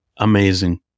Amazing